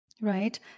right